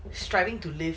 striving to live